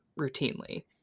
routinely